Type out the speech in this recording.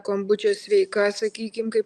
kombuča sveika sakykim kaip